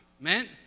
amen